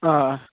آ